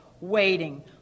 waiting